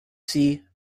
see